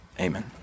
Amen